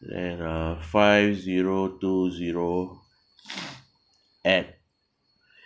then uh five zero two zero at